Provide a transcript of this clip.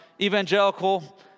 evangelical